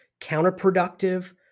counterproductive